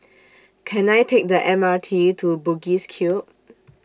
Can I Take The M R T to Bugis Cube